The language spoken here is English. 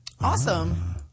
Awesome